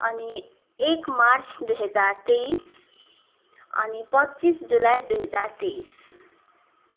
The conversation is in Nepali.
अनि एक मार्च दुई हजार तेइस अनि पच्चिस जुलाई दुई हजार तेइस